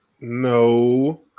No